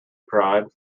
cried